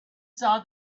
saw